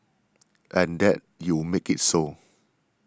and that you make it so